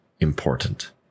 important